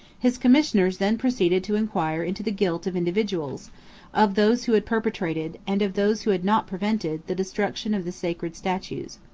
his commissioners then proceeded to inquire into the guilt of individuals of those who had perpetrated, and of those who had not prevented, the destruction of the sacred statues.